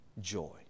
Joy